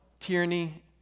tyranny